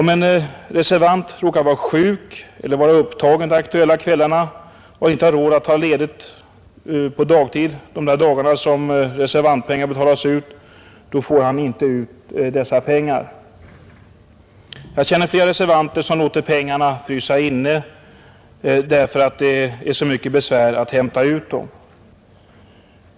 Om en reservant råkar vara sjuk eller upptagen de aktuella kvällarna och inte har råd att ta ledigt de dagar då reservantpengarna betalas ut, får han inte ut dessa pengar. Jag känner flera reservanter som låter pengarna frysa inne, därför att det är för mycket besvär med att hämta ut dem.